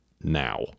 now